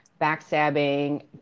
backstabbing